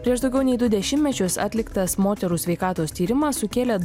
prieš daugiau nei du dešimtmečius atliktas moterų sveikatos tyrimas sukėlė